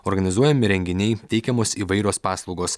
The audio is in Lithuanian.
organizuojami renginiai teikiamos įvairios paslaugos